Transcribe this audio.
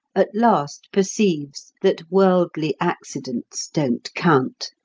at last perceives that worldly accidents don't count.